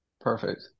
Perfect